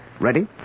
Ready